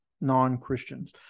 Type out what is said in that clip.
non-Christians